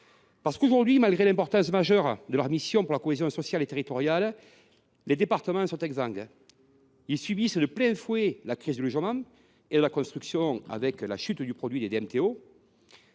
Parce qu’aujourd’hui, malgré l’importance majeure de leurs missions en faveur de la cohésion sociale et territoriale, les départements sont exsangues. Ils subissent de plein fouet la crise du logement et de la construction avec la chute du produit des